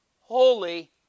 holy